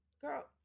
Girl